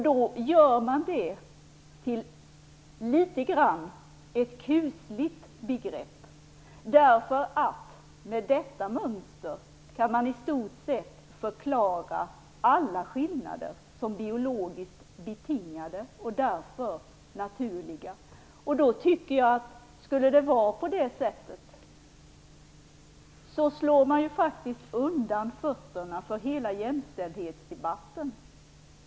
Då gör man detta litet grand till ett kusligt begrepp, eftersom man med detta mönster kan förklara i stort sett alla skillnader som biologiskt betingade och därför naturliga. Om det skulle vara på det sättet slår man ju faktiskt undan fötterna för hela jämställdhetsdebatten.